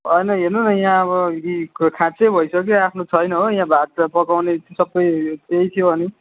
होइन हेर्नु न यहाँ अब यी खाँचै भइसक्यो आफ्नो छैन हो यहाँ भात पकाउने सबै त्यही थियो अनि